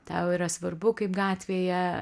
tau yra svarbu kaip gatvėje